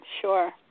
Sure